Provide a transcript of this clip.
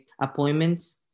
appointments